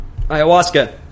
ayahuasca